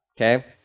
Okay